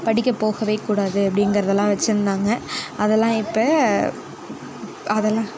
படிக்கபோகவே கூடாது அப்படிங்கிறதெல்லாம் வச்சிருந்தாங்க அதெல்லாம் இப்போ அதெல்லாம்